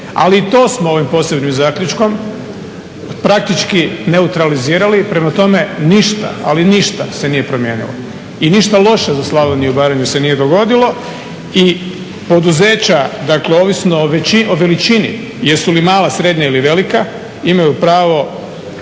Ali i to smo ovim posebnim zaključkom praktički neutralizirali. Prema tome ništa, ali ništa se nije promijenilo i ništa loše za Slavoniju i Baranju se nije dogodilo. I poduzeća ovisno o veličini jesu mala, srednja ili velika imaju pravo